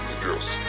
yes